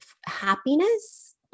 happiness